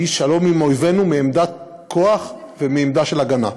שהיא שלום עם אויבינו מעמדת כוח ומעמדה של הגנה.